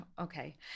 okay